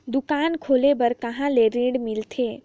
दुकान खोले बार कहा ले ऋण मिलथे?